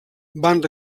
van